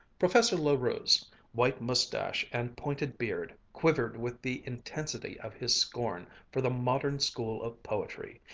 professor la rue's white mustache and pointed beard quivered with the intensity of his scorn for the modern school of poetry,